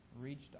reached